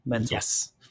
Yes